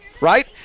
right